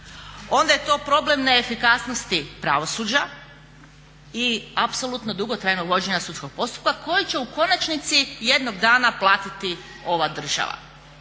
onda je to problem neefikasnosti pravosuđa i apsolutno dugotrajnog vođenja sudskog postupka koji će u konačnici jednog dana platiti ova država.